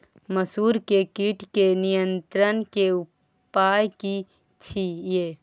मसूर के कीट के नियंत्रण के उपाय की छिये?